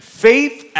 faith